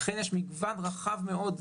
יש מגוון רחב מאוד,